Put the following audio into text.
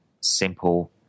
simple